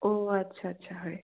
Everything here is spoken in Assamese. অ' আচ্ছা আচ্ছা হয়